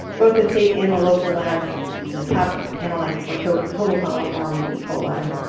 both the state and the local labs top analytes for total total coliform and e. coli.